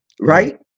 Right